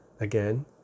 again